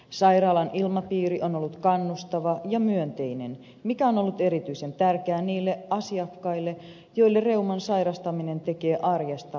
sairaalan ilmapiiri on ollut kannustava ja myönteinen mikä on ollut erityisen tärkeää niille asiakkaille joille reuman sairastaminen tekee arjesta vaivalloista